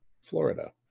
Florida